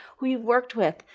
who you've worked with,